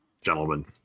gentlemen